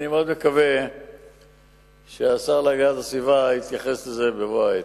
אני מאוד מקווה שהשר להגנת הסביבה יתייחס לזה בבוא העת.